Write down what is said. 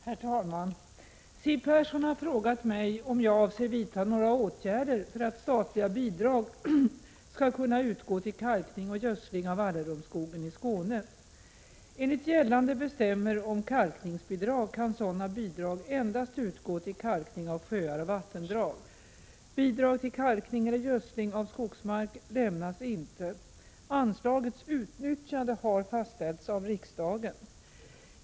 Herr talman! Siw Persson har frågat mig om jag avser vidta några åtgärder för att statliga bidrag skall kunna utgå till kalkning och gödsling av Allerumsskogen i Skåne. Enligt gällande bestämmelser om kalkningsbidrag kan sådana bidrag endast utgå till kalkning av sjöar och vattendrag. Bidrag till kalkning eller gödsling av skogsmark lämnas inte. Anslagets utnyttjande har fastställts av riksdagen.